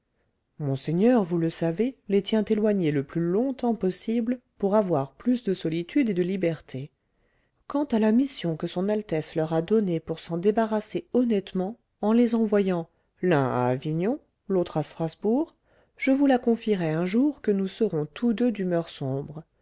monseigneur vous le savez les tient éloignés le plus longtemps possible pour avoir plus de solitude et de liberté quant à la mission que son altesse leur a donnée pour s'en débarrasser honnêtement en les envoyant l'un à avignon l'autre à strasbourg je vous la confierai un jour que nous serons tous deux d'humeur sombre